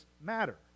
matter